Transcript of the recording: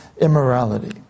immorality